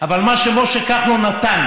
אבל מה שמשה כחלון נתן